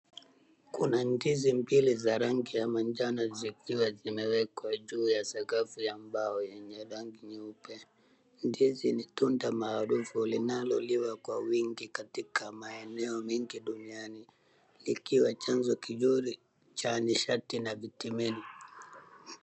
Kuna ndizi mbili za rangi ya manjano zikiwa zimewekwa juu ya sakafu ya mbao yenye rangi nyeupe. Ndizi ni tunda maarufu linaloliwa kwa wingi katika maeneo mingi duniani, likiwa chanzo kizuri cha nishati na vitamini.